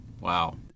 Wow